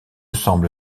semble